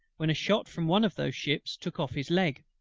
when a shot from one of those ships took off his leg.